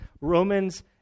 Romans